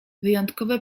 wyjątkowe